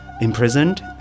imprisoned